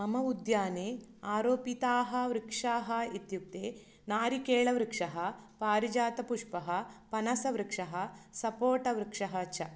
मम उद्याने अरोपिताः वृक्षाः इत्युक्ते नारिकेलवृक्षः पारिजातपुष्पः पनसवृक्षः सपोटवृक्षः च